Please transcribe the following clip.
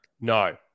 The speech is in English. No